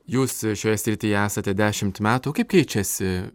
jūs šioje srityje esate dešimt metų kaip keičiasi